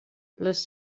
les